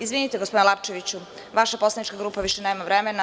Izvinite gospodine Lapčeviću, vaša poslanička grupa više nema vremena.